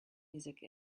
music